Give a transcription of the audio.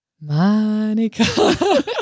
Monica